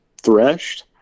threshed